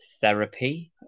therapy